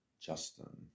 Justin